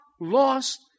lost